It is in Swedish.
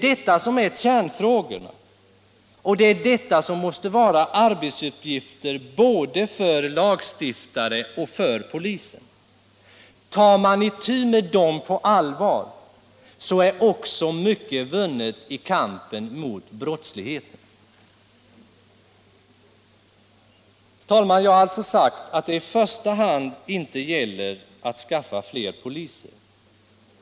Detta är kärnfrågor, och det är arbetsuppgifter både för lagstiftare och för polisen. Tar man itu med dem på allvar, så är också mycket vunnet i kampen mot brottsligheten. Herr talman! Jag har alltså sagt att det i första hand inte gäller att skaffa fler poliser.